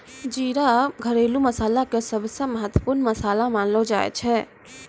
जीरा घरेलू मसाला के सबसॅ महत्वपूर्ण मसाला मानलो जाय छै